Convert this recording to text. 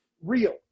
real